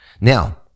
Now